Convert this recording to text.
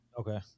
Okay